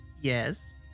Yes